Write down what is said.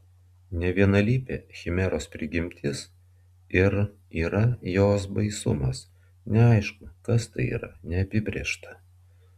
nevienalypė chimeros prigimtis ir yra jos baisumas neaišku kas tai yra neapibrėžta